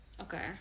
Okay